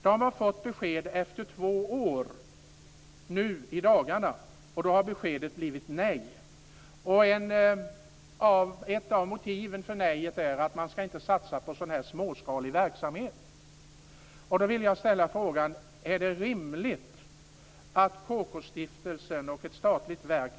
Nu i dagarna, efter två år, har man fått besked, och beskedet blev nej. Ett av motiven för detta nej var att man inte skall satsa på sådan här småskalig verksamhet. Då vill jag ställa frågan: Är detta rimligt av KK stiftelsen, som är ett statligt verk?